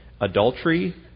adultery